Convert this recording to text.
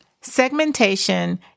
Segmentation